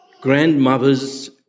grandmothers